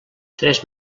tres